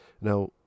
now